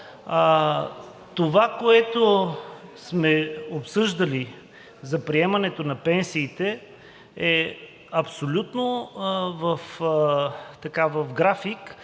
Това, което сме обсъждали за приемането на пенсиите, е абсолютно в график,